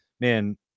man